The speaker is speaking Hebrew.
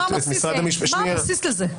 מה הבסיס לזה?